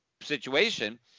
situation